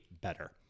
better